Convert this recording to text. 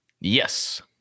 Yes